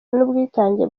n’ubwitange